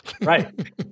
Right